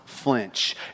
Flinch